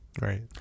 Right